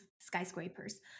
skyscrapers